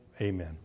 Amen